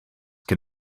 can